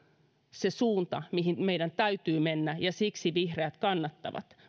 se suunta mihin meidän täytyy mennä siksi vihreät kannattavat